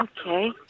Okay